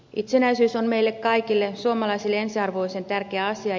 itsenäisyys on meille kaikille suomalaisille ensiarvoisen tärkeä asia